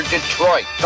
Detroit